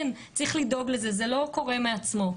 כן, צריך לדאוג לזה, זה לא קורה מעצמו.